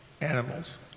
animals